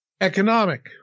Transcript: economic